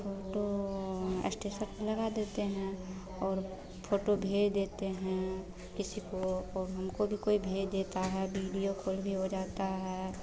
photo status भी लगा देते हैं और फ़ोटो भेज देते हैं किसी को हमको भी कोई भेज देता है वीडियो कॉल भी हो जाता है